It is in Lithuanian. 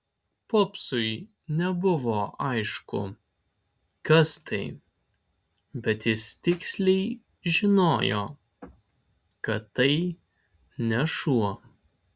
popsui nebuvo aišku kas tai bet jis tiksliai žinojo kad tai ne šuo